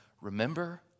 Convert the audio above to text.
remember